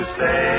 say